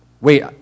Wait